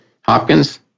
Hopkins